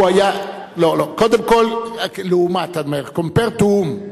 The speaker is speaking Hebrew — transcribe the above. קודם כול, לעומת, compare to whom.